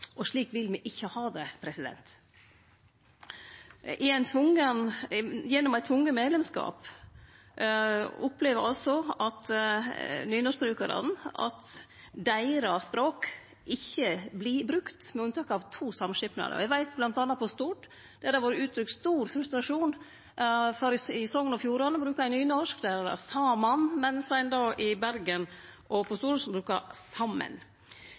Slik vil me ikkje ha det. Gjennom ein tvungen medlemskap opplever altså nynorskbrukarane at språket deira ikkje vert brukt, med unntak av to samskipnader. Eg veit at det bl.a. på Stord har vore uttrykt stor frustrasjon, for i Sogn og Fjordane brukar ein nynorsk, der heiter samskipnaden i vest «Saman», mens ein i Bergen og på